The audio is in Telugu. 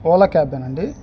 ఓలా క్యాబ్ ఏ నా అండి